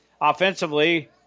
offensively